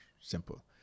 simple